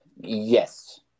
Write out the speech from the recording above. Yes